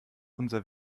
unser